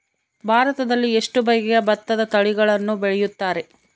ಭಾರತದಲ್ಲಿ ಎಷ್ಟು ಬಗೆಯ ಭತ್ತದ ತಳಿಗಳನ್ನು ಬೆಳೆಯುತ್ತಾರೆ?